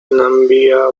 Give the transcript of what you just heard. namibia